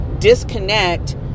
disconnect